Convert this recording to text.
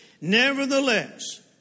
Nevertheless